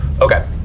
Okay